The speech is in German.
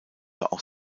auch